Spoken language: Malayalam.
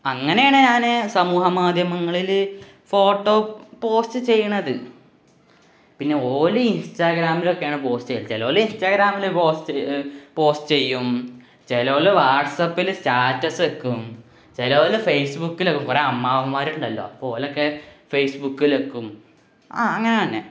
അങ്ങനെയാണ് ഞാന് സമൂഹ മാധ്യമങ്ങളില് ഫോട്ടോ പോസ്റ്റ് ചെയ്യുന്നത് പിന്നെ ഓല് ഇന്സ്റ്റഗ്രാമിലൊക്കെയാണ് പോസ്റ്റ് ചെയ്യല് ചെലോല് ഇന്സ്റ്റഗ്രാമില് പോസ്റ്റ് ചെയ്യും ചെലോല് വാട്ട്സ്അപ്പില് സ്റ്റാറ്റസ് വയ്ക്കും ചെലോല് ഫേസ്ബുക്കില് കുറേ അമ്മാവന്മാരുണ്ടല്ലോ ഓലൊക്കെ ഫേസ്ബുക്കിലക്കും ആ അങ്ങനെ തന്നെ